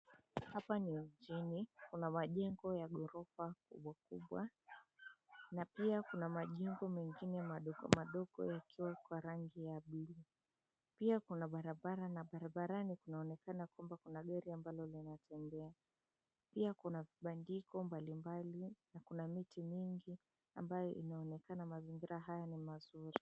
Hapa ni mjini, kuna majengo ya ghorofa kubwa kubwa na pia kuna majengo mengine madogo madogo yakiwa kwa rangi ya buluu. Pia kuna barabara na barabarani inaonekana kwamba kuna gari linatembea. pia kuna vibandiko mbali mbali na kuna miti mingi ambayo inaonekana mazingira haya ni mazuri.